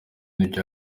n’ibyo